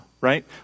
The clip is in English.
right